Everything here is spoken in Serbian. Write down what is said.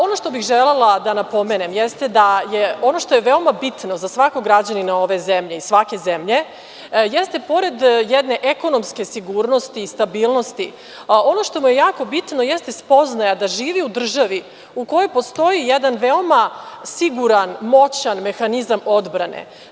Ono što bih želela da napomenem jeste da ono što je veoma bitno za svakog građanina ove zemlje i svake zemlje jeste, pored jedne ekonomske sigurnosti i stabilnosti, ono što mu je jako bitno jeste spoznaja da živi u državi u kojoj postoji jedan veoma siguran, moćan mehanizam odbrane.